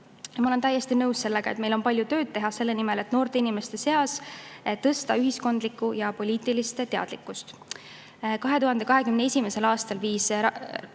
Ma olen täiesti nõus, et meil on palju tööd teha selle nimel, et noorte inimeste seas tõsta ühiskondlikku ja poliitilist teadlikkust. 2021. aastal viis